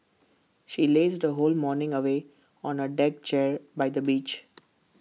she lazed her whole morning away on A deck chair by the beach